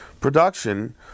production